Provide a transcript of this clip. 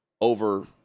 over